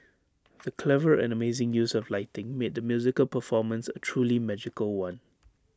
the clever and amazing use of lighting made the musical performance A truly magical one